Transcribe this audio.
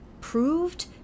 proved